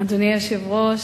אדוני היושב-ראש,